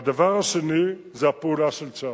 והדבר השני זה הפעולה של צה"ל.